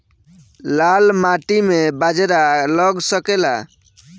लाल माटी मे बाजरा लग सकेला?